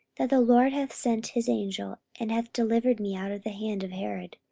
that the lord hath sent his angel, and hath delivered me out of the hand of herod,